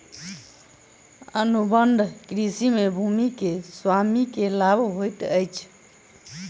अनुबंध कृषि में भूमि के स्वामी के लाभ होइत अछि